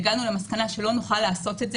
והגענו למסקנה שלא נוכל לעשות את זה